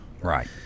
Right